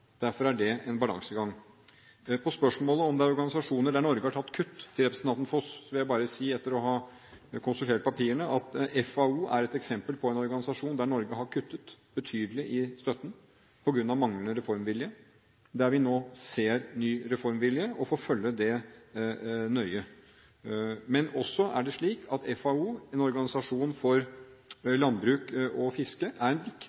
Derfor er det en balansegang. Så til spørsmålet om det er organisasjoner der Norge har foretatt kutt. Til representanten Foss vil jeg bare si, etter å ha konsultert papirene, at FAO, FNs organisasjon for ernæring og landbruk, er et eksempel på en organisasjon der Norge har kuttet betydelig i støtten på grunn av manglende reformvilje. Der ser vi nå reformvilje og vil følge det nøye. Men det er også slik at FAO, en organisasjon for landbruk og ernæring, er en viktig